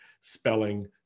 spelling